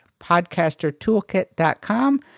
podcastertoolkit.com